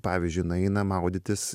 pavyzdžiui nueina maudytis